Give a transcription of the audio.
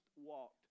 walked